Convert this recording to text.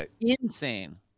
Insane